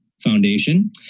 Foundation